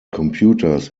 computers